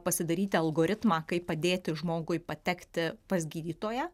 pasidaryti algoritmą kaip padėti žmogui patekti pas gydytoją